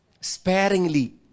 sparingly